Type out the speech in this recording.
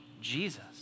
Jesus